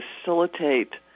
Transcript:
facilitate